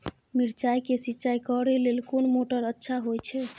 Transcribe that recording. मिर्चाय के सिंचाई करे लेल कोन मोटर अच्छा होय छै?